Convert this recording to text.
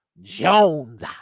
Jones